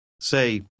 Say